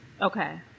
Okay